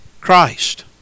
Christ